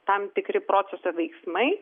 tam tikri proceso veiksmai